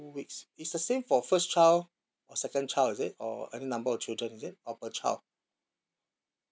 weeks it's the same for first child or second child is it or a number of children is it or per child